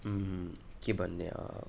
के भन्ने